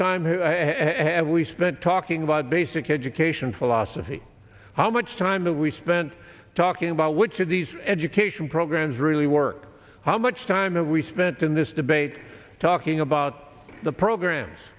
time have we spent talking about basic education philosophy how much time that we spent talking about which of these education programs really work how much time that we spent in this debate talking about the programs